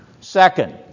Second